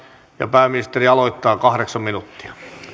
pääministeri aloittaa kahdeksan minuuttia